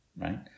right